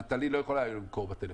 נטלי לא יכולה היום ל מכור בטלפון.